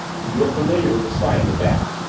you are familiar with the sign of the bat.